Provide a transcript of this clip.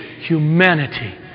humanity